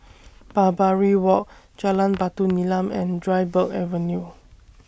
Barbary Walk Jalan Batu Nilam and Dryburgh Avenue